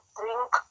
drink